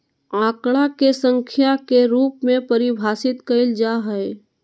आंकड़ा के संख्या के रूप में परिभाषित कइल जा हइ